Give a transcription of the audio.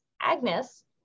Agnes